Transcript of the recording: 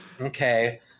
Okay